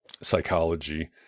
psychology